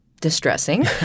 distressing